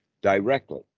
directly